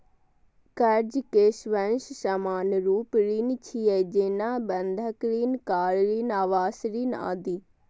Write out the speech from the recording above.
कर्ज के सबसं सामान्य रूप ऋण छियै, जेना बंधक ऋण, कार ऋण, आवास ऋण आदि